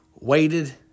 waited